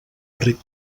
rec